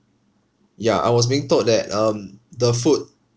ya I was being told that um the food